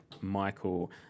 Michael